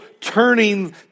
turning